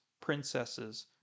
princesses